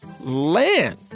land